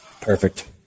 Perfect